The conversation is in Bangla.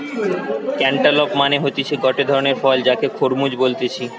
ক্যান্টালপ মানে হতিছে গটে ধরণের ফল যাকে খরমুজ বলতিছে